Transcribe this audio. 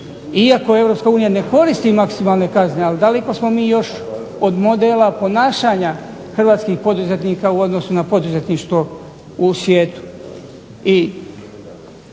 unija ne koristi maksimalne kazne ali daleko smo mi još od modela ponašanja hrvatskih poduzetnika u odnosu na poduzetništvo u svijetu.